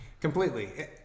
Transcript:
completely